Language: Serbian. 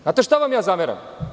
Znate šta vam ja zameram?